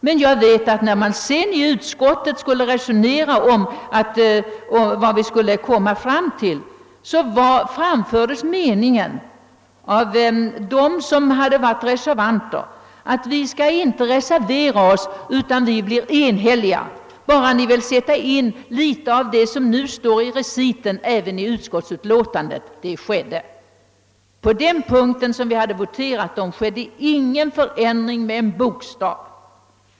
Jag vet emellertid, att när man i utskottet diskuterade frågan, sade de ledamöter, som hade varit reservanter, att »vi skall inte reservera oss, utan utskottet blir enhälligt, om ni bara vill skriva in i utlåtandet litet av det som nu står i reciten». Detta skedde. På den punkten där vi hade voterat, ändrades inte en bokstav.